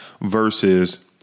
versus